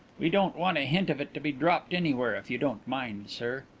we don't want a hint of it to be dropped anywhere, if you don't mind, sir.